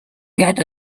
get